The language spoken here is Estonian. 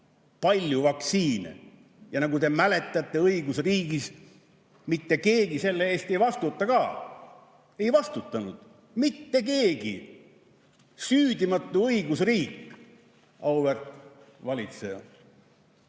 palju vaktsiine. Ja nagu te mäletate, õigusriigis mitte keegi selle eest ei vastuta ka. Ei vastutanud mitte keegi. Süüdimatu õigusriik! Auväärt valitseja!